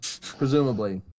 Presumably